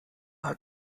hat